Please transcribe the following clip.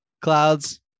clouds